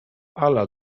ala